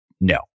no